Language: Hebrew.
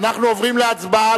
אנחנו עוברים להצבעה.